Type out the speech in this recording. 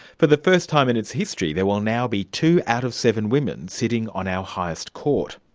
for the first time in its history there will now be two out of seven women sitting on our highest court.